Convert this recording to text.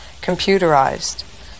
computerized